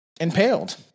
impaled